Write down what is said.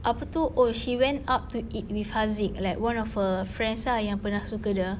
apa tu oh she went out to eat with haziq like one of her friends ah yang pernah suka dia